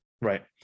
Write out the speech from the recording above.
Right